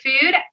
Food